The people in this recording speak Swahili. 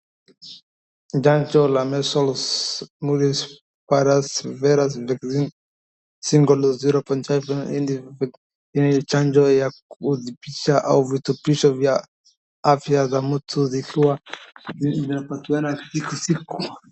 Chanjo ya measles, mumps and rubella virus vaccine single 0.5ml hii ni chanjo ya kuthibisha au virutubisho vya afya za mtu zikiwa zimepatiwana katika siku.